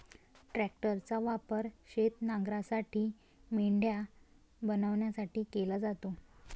ट्रॅक्टरचा वापर शेत नांगरण्यासाठी, मेंढ्या बनवण्यासाठी केला जातो